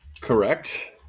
Correct